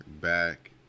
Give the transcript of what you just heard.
back